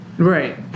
Right